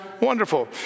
wonderful